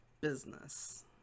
business